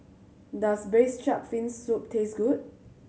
does braise shark fin soup taste good